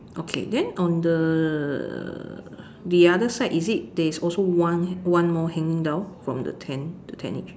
okay then on the the other side is it there's also one one more hanging down from the tent the tentage